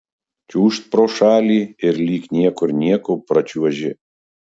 čiūžt pro šalį ir lyg niekur nieko pračiuoži